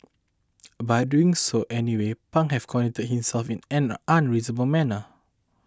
by doing so anyway Pang had conducted himself in an unreasonable manner